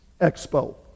expo